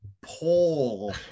Paul